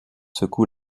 secoue